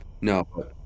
No